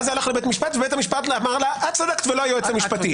והלך לבית משפט ובית המשפט אמר לה: את צדקת ולא היועץ המשפטי.